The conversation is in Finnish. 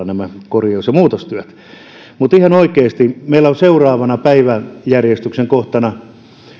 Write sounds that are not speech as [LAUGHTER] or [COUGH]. [UNINTELLIGIBLE] nämä korjaus ja muutostyöt tehdään satakuntalaisella telakalla mutta ihan oikeasti meillä on seuraavana päiväjärjestyksen kohtana